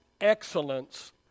excellence